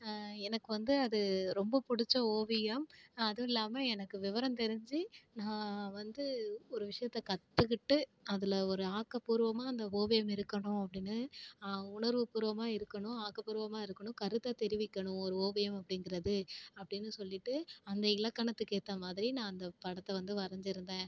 எனக்கு வந்து அது ரொம்ப பிடிச்ச ஓவியம் அதுவும் இல்லாமல் எனக்கு விவரம் தெரிஞ்சு நான் வந்து ஒரு விஷயத்தை கற்றுக்கிட்டு அதுல ஒரு ஆக்கப்பூர்வமாக அந்த ஓவியம் இருக்கணும் அப்படின்னு உணர்வுப்பூர்வமாக இருக்கணும் ஆக்கப்பூர்வமாக இருக்கணும் கருத்த தெரிவிக்கணும் ஒரு ஓவியம் அப்படிங்கிறது அப்படின்னு சொல்லிகிட்டு அந்த இலக்கணத்துக்கு ஏற்ற மாதிரி நான் அந்த படத்தை வந்து வரஞ்சுருந்தேன்